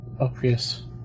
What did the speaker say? obvious